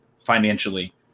financially